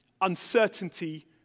uncertainty